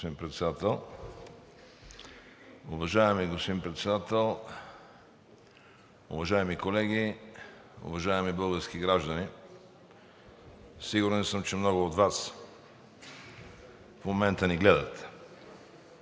Председател. Уважаеми господин Председател, уважаеми колеги, уважаеми български граждани, сигурен съм, че много от Вас в момента ни гледат.